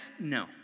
no